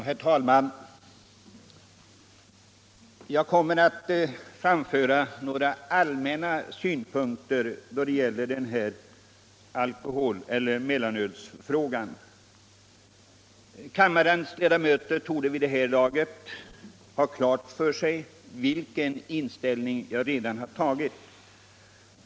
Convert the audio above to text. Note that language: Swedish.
Herr talman! Jag kommer att framföra några allmänna synpunkter på mellanölsfrågan. Kammarens ledamöter torde vid det här laget ha klart för sig vilken ställning till mellanölet jag redan har tagit.